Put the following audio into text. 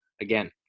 Again